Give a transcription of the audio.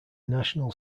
national